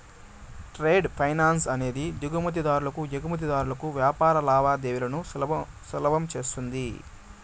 trade finance అనేది దిగుమతి దారులు ఎగుమతిదారులకు వ్యాపార లావాదేవీలను సులభం చేస్తది